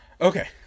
Okay